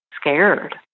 scared